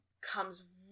comes